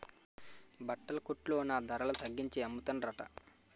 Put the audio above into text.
బట్టల కొట్లో నా ధరల తగ్గించి అమ్మతన్రట